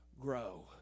grow